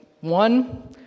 one